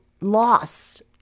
lost